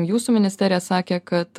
jūsų ministerija sakė kad